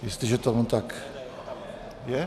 Jestliže tomu tak je?